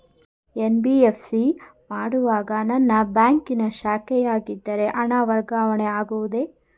NBFC ಮಾಡುವಾಗ ನನ್ನ ಬ್ಯಾಂಕಿನ ಶಾಖೆಯಾಗಿದ್ದರೆ ಹಣ ವರ್ಗಾವಣೆ ಆಗುವುದೇ?